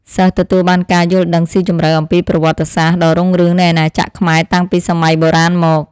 សិស្សទទួលបានការយល់ដឹងស៊ីជម្រៅអំពីប្រវត្តិសាស្ត្រដ៏រុងរឿងនៃអាណាចក្រខ្មែរតាំងពីសម័យបុរាណមក។